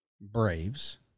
Braves